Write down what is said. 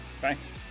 thanks